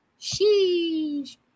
sheesh